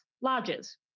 Lodges